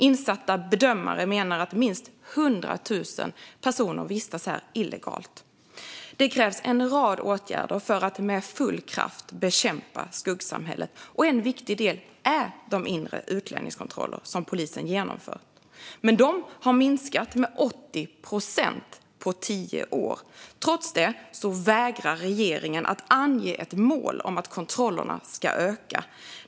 Insatta bedömare menar att minst 100 000 personer vistas här illegalt. Det krävs en rad åtgärder för att med full kraft bekämpa skuggsamhället. En viktig del är de inre utlänningskontroller som polisen genomför. Men de har minskat med 80 procent på tio år. Trots det vägrar regeringen att ange ett mål om att kontrollerna ska öka.